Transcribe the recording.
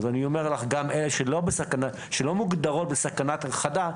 אז אני אומר לך גם אלה שלא מוגדרות בסכנת הכחדה,